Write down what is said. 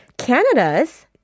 Canada's